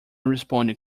responded